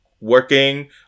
working